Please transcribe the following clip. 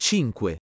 Cinque